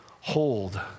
hold